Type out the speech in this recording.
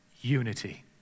unity